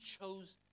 chose